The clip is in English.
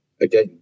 again